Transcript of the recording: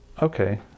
Okay